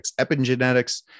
epigenetics